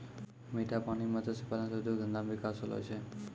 मीठा पानी मे मत्स्य पालन से उद्योग धंधा मे बिकास होलो छै